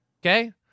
Okay